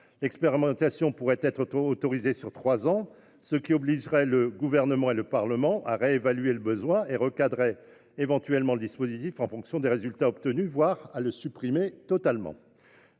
L'expérimentation pourrait être autorisée pour trois ans, ce qui obligerait le Gouvernement et le Parlement à réévaluer le besoin et à recadrer éventuellement le dispositif en fonction des résultats obtenus, voire à le supprimer totalement.